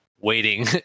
waiting